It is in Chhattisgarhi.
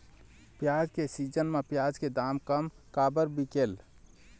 प्याज के सीजन म प्याज के दाम कम काबर बिकेल?